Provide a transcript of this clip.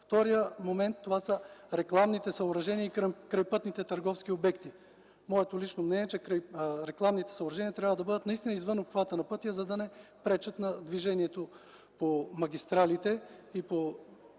Вторият момент са рекламните съоръжения и крайпътните търговски обекти. Моето лично мнение е, че рекламните съоръжения трябва да бъдат извън обхвата на пътя, за да не пречат на движението по магистралите и по